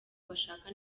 bashaka